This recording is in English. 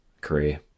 career